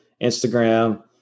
Instagram